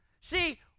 See